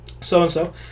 so-and-so